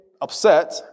upset